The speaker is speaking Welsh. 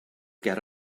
ger